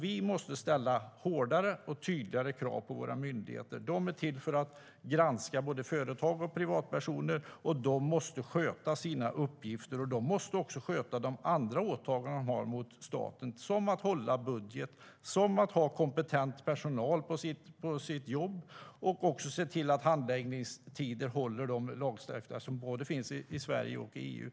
Vi måste ställa hårdare och tydligare krav på våra myndigheter. De är till för att granska både företag och privatpersoner, och de måste sköta sina uppgifter. De måste också sköta de andra åtaganden de har gentemot staten, som att hålla budget, ha kompetent personal på jobbet och se till att handläggningstider håller utifrån den lagstiftning som finns både i Sverige och i EU.